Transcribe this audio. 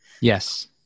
yes